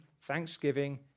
thanksgiving